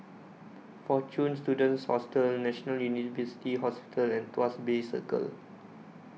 Fortune Students Hostel National University Hospital and Tuas Bay Circle